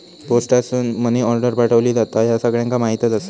पोस्टासून money order पाठवली जाता, ह्या सगळ्यांका माहीतच आसा